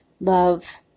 love